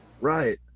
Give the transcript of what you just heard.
Right